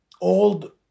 old